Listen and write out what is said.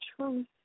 truth